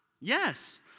Yes